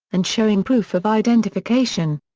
and showing proof of identification.